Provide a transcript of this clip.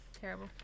Terrible